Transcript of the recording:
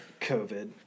COVID